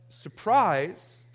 surprise